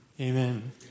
Amen